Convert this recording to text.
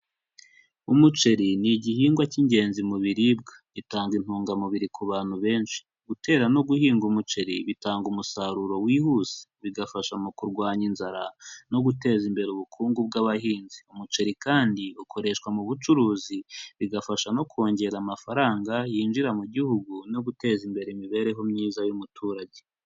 Umuceri ni igihingwa cy'ingenzi mu biribwa, gitanga intungamubiri ku bantu benshi, gutera no guhinga umuceri bitanga umusaruro wihuse, bigafasha mu kurwanya inzara no guteza imbere ubukungu bw'abahinzi, umuceri kandi ukoreshwa mu bucuruzi bigafasha no kongera amafaranga yinjira mu gihugu no guteza imbere imibereho myiza y'umuturage.